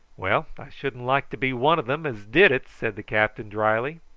well, i shouldn't like to be one of them as did it, said the captain drily.